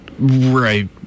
Right